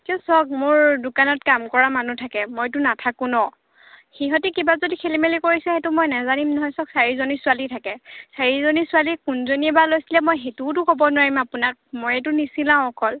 এতিয় চাওক মোৰ দোকানত কাম কৰা মানুহ থাকে মইতো নাথাকোঁ নহ্ সিহঁতে কিবা যদি খেলি মেলি কৰিছে সেইটো মই নাজানিম নহয় চাওক চাৰিজনী ছোৱালী থাকে চাৰিজনী ছোৱালী কোনজনীয়ে বা লৈছিলে মই সেইটোওতো ক'ব নোৱাৰিম আপোনাক ময়েতো নিচিলাও অকল